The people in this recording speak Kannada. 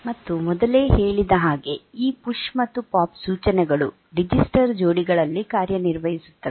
ಮತ್ತು ಮೊದಲೇ ಹೇಳಿದ ಹಾಗೆ ಈ ಪುಶ್ ಮತ್ತು ಪಾಪ್ ಸೂಚನೆಗಳು ರಿಜಿಸ್ಟರ್ ಜೋಡಿಗಳಲ್ಲಿ ಕಾರ್ಯನಿರ್ವಹಿಸುತ್ತವೆ